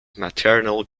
maternal